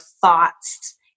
thoughts